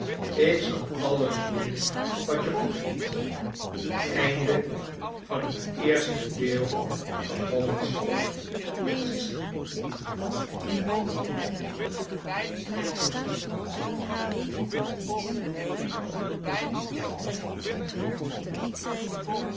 ik zal alles doen wat je goedvindt